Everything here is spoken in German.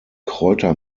kräuter